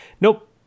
nope